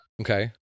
Okay